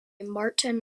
martin